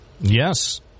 Yes